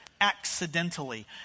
accidentally